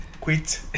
quit